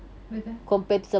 betul